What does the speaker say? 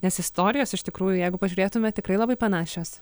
nes istorijos iš tikrųjų jeigu pažiūrėtume tikrai labai panašios